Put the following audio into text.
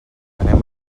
anem